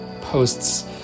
posts